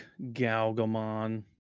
Galgamon